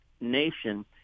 nation